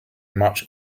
much